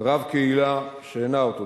"רב קהילה שאינה אורתודוקסית".